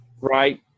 Right